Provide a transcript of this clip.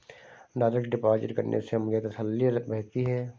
direct deposit करने से मुझे तसल्ली रहती है